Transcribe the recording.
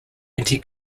anti